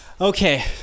Okay